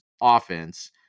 offense